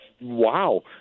wow